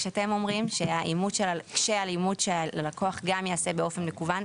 כשאתם אומרים שהאימות של הלקוח גם ייעשה באופן מקוון,